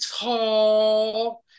tall